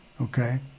okay